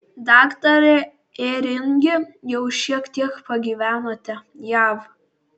daktare ėringi jau šiek tiek pagyvenote jav